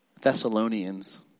Thessalonians